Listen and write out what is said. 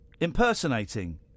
impersonating